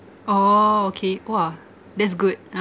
oh okay !wah! that's good ah